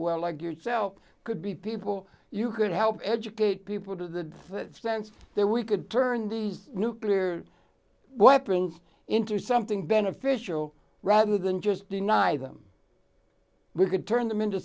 well like yourself could be people you could help educate people to the sense there we could turn these nuclear weapons into something beneficial rather than just deny them we could turn them into